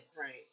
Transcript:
Right